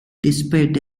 despite